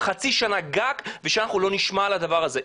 חצי שנה גג ושאנחנו לא נשמע על הדבר הזה,